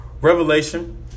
Revelation